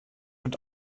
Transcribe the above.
mit